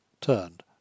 turned